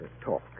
talk